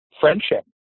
friendship